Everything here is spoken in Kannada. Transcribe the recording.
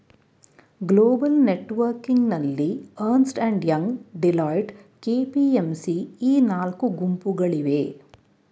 ಗ್ಲೋಬಲ್ ನೆಟ್ವರ್ಕಿಂಗ್ನಲ್ಲಿ Ernst and Young, Deloitte, KPMG ಈ ನಾಲ್ಕು ಗುಂಪುಗಳಿವೆ